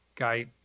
guy